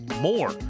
more